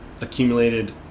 accumulated